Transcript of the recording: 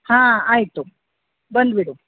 ಹಾಂ ಆಯಿತು ಬಂದುಬಿಡು